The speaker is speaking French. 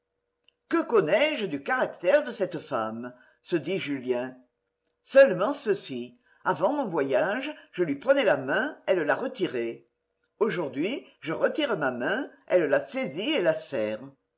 que connais je du caractère de cette femme se dit julien seulement ceci avant mon voyage je lui prenais la main elle la retirait aujourd'hui je retire ma main elle la saisit et la serre